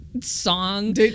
song